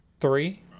Three